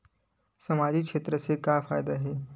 सामजिक क्षेत्र से का फ़ायदा हे?